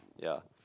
ya